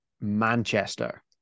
Manchester